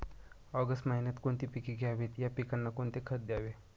August महिन्यात कोणती पिके घ्यावीत? या पिकांना कोणते खत द्यावे?